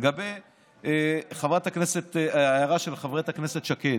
לגבי ההערה של חברת הכנסת שקד,